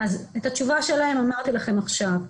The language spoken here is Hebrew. אז את התשובה שלהם אמרתי לכם עכשיו.